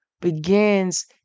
begins